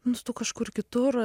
nu tu kažkur kitur